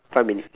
five minutes